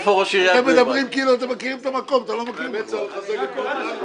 איפה ראש עיריית בני ברק?